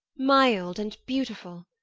mild and beautiful!